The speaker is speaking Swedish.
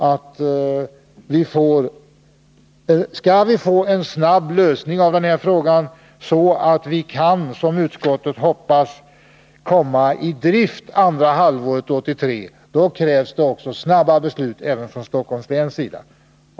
Om vi skall få en snar lösning av denna fråga så att, som utskottet hoppas, driften kan komma i gång andra halvåret 1983, krävs det snara beslut även från Stockholms läns sida.